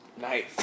Nice